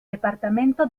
departamento